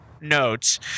notes